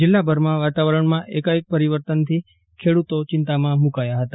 જિલ્લાભરમાં વાતાવરણમાં એકાએક પરિવર્તનથી ખેડૂતો ચિંતામાં મુકાયા છે